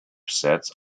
sets